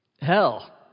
hell